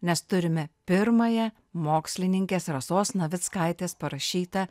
nes turime pirmąją mokslininkės rasos navickaitės parašytą